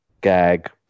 gag